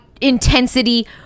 intensity